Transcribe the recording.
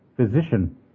physician